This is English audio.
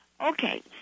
Okay